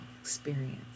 experience